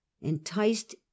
enticed